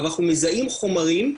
אבל אנחנו מזהים חומרים,